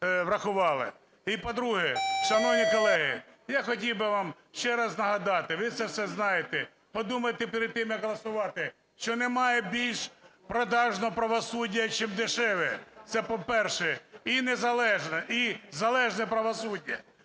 врахували. І по-друге, шановні колеги, я хотів би вам ще раз нагадати, ви це все знаєте. Подумайте перед тим, як голосувати, що немає більш продажного правосуддя, чим дешеве, це по-перше, і незалежне, і залежне правосуддя.